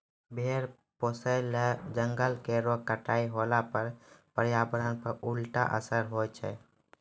भेड़ पोसय ल जंगल केरो कटाई होला पर पर्यावरण पर उल्टा असर होय छै